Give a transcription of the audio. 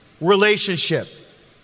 relationship